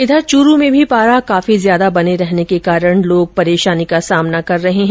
इधर चूरू में भी पारा काफी ज्यादा बने रहने के कारण लोग परेशानी का सामना कर रहे है